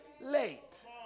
late